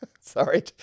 Sorry